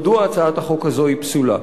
מדוע הצעת החוק הזאת היא פסולה.